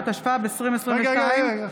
התשפ"ב 2022,